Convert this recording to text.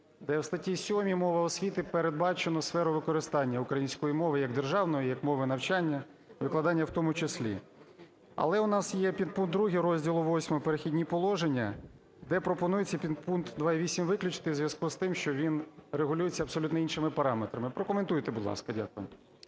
де в статті 7 "Мова освіти" передбачено сферу використання української мови як державної, як мови навчання, викладання у тому числі. Але у нас є підпункт 2-й розділу VІІІ "Перехідні положення", де пропонується підпункт 2.8 виключити у зв'язку з тим, що він регулюється абсолютно іншими параметрами. Прокоментуйте, будь ласка. Дякую.